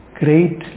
great